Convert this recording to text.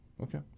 Okay